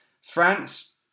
France